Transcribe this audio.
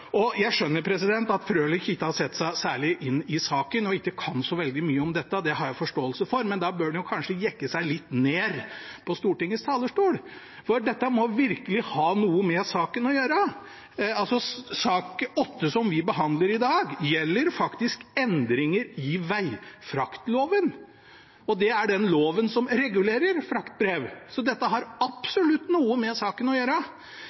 og ikke kan så veldig mye om dette. Det har jeg forståelse for, men da bør en kanskje jekke seg litt ned på Stortingets talerstol. For dette må virkelig ha noe med saken å gjøre. Sak nr. 8, som vi behandler i dag, gjelder faktisk endringer i vegfraktloven, og det er den loven som regulerer fraktbrev. Så dette har absolutt noe med saken å gjøre.